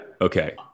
Okay